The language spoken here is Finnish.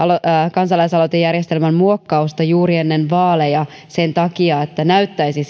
kansalaisaloitejärjestelmän muokkausta juuri ennen vaaleja sen takia että näyttäisi